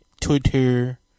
Twitter